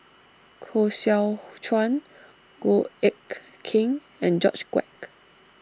Koh Seow Chuan Goh Eck Kheng and George Quek